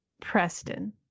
Preston